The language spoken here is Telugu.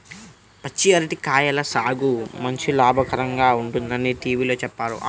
పచ్చి అరటి కాయల సాగు మంచి లాభకరంగా ఉంటుందని టీవీలో చెప్పారు